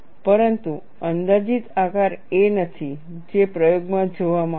પરંતુ અંદાજિત આકાર એ નથી જે પ્રયોગમાં જોવામાં આવશે